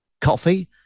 coffee